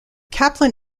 kaplan